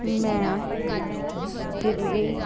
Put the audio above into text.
ਮੈਂ ਦਿੱਲੀ